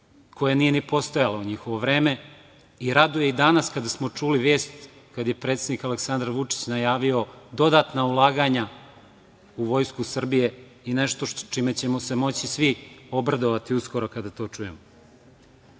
koja nije ni postojala u njihovo vreme. Raduje i danas kada smo čuli vest, kada je predsednik Aleksandar Vučić najavio dodatna ulaganja u vojsku Srbije i nešto čime ćemo moći svi da se obradujemo uskoro kada to čujemo. Želim